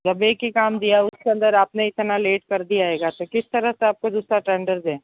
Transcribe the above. जब एक ही काम दिया है उसके अन्दर आपने इतना लेट कर दिया हेगा तो किस तरह आपको दूसरा टेंडर दें